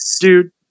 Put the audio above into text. dude